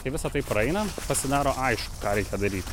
kai visa tai praeina pasidaro aišku ką reikia daryt